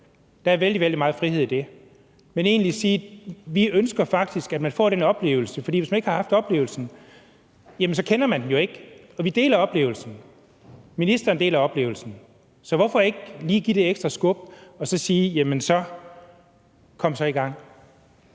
jeg vil egentlig sige, at vi ønsker, at man kan få den oplevelse, for hvis man ikke har haft oplevelsen, jamen så kender man den jo ikke. Og vi deler oplevelsen – ministeren deler oplevelsen – så hvorfor ikke lige give det ekstra skub og sige: Jamen, kom så i gang?